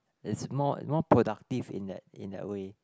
it's more more productive in that in that way